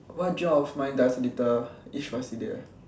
what dream of mine dies a little each passing day